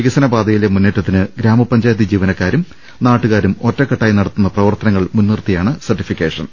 വികസനപാതയിലെ മുന്നേറ്റത്തിന് ഗ്രാമപഞ്ചായത്ത് ജീവനക്കാരും നാട്ടു കാരും ഒറ്റക്കെട്ടായി നടത്തുന്ന പ്രവർത്തനങ്ങൾ മുൻ നിർത്തിയാണ് സർട്ടിഫിക്കേഷൻ